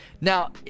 Now